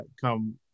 come